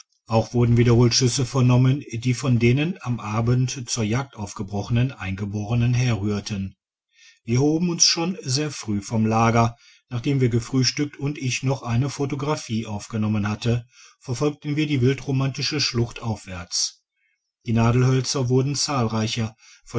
auch wurden wiederholt schüsse vernommen die von denen am abend zur jagd aufgebrochenen eingeborenen herrührten wir erhoben uns schon sehr früh vom lager nachdem wir gefrühstückt und ich noch eine photographie aufgenommen hatte verfolgten wir die wildromantische schlucht aufwärts die nadelhölzer wurden zahlreicher